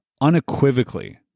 unequivocally